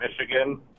Michigan